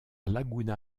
laguna